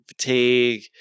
fatigue